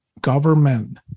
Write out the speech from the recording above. government